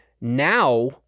Now